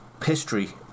history